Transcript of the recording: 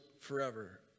forever